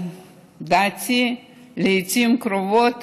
לדעתי, לעיתים קרובות